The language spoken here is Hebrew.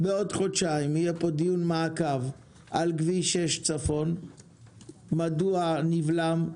בעוד חודשיים יהיה פה דיון מעקב על כביש 6 צפון - מדוע נבלם,